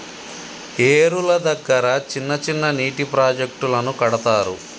ఏరుల దగ్గర చిన్న చిన్న నీటి ప్రాజెక్టులను కడతారు